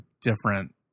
different